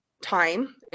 time